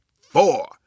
four